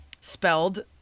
spelled